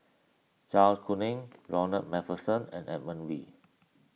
Zai Kuning Ronald MacPherson and Edmund Wee